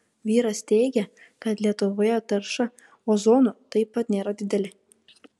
vyras teigia kad lietuvoje tarša ozonu taip pat nėra didelė